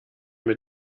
mit